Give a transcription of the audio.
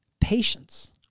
patience